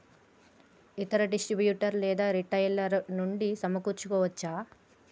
ఇతర డిస్ట్రిబ్యూటర్ లేదా రిటైలర్ నుండి సమకూర్చుకోవచ్చా?